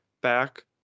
back